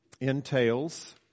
entails